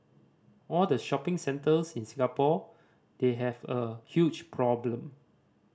all the shopping centres in Singapore they have a huge problem